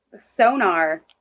sonar